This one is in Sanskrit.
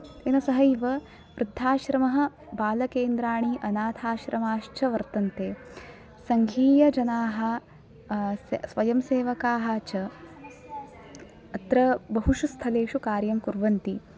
तेन सहैव वृद्धाश्रमः बालकेन्द्राणि अनाथाश्रमाश्च वर्तन्ते सङ्घीयजनाः स्वयंसेवकाः च अत्र बहुषु स्थलेषु कार्यं कुर्वन्ति